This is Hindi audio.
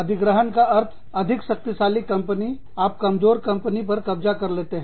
अधिग्रहण का अर्थ है अधिक शक्तिशाली कंपनी आप कमजोर कंपनी पर कब्जा कर लेते हैं